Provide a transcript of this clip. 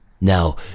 Now